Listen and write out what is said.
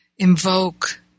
Invoke